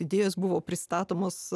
idėjos buvo pristatomos